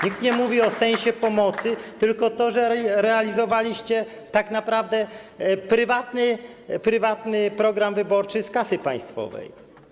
Nikt nie mówi o sensie pomocy, tylko o tym, że realizowaliście tak naprawdę prywatny program wyborczy z kasy państwowej.